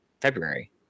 February